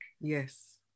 Yes